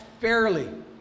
fairly